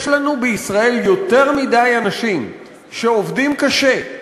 יש לנו בישראל יותר מדי אנשים שעובדים קשה,